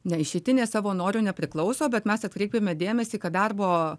ne išeitinė savo noru nepriklauso bet mes atkreipiame dėmesį kad darbo